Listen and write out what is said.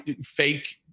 fake